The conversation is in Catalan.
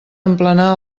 emplenar